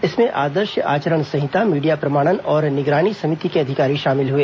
इसमें आदर्श आचरण संहिता मीडिया प्रमाणन और निगरानी समिति के अधिकारी शामिल हुए